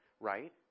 Right